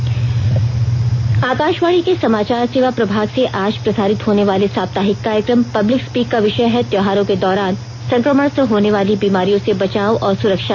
public speak Akashvani के समाचार सेवा प्रभाग से आज प्रसारित होने वाले साप्ताहिक कार्यक्रम पब्लिक स्पीक का विषय हैः त्यौहारों के दौरान संक्रमण से होने वाली बीमारियों से बचाव और सुरक्षा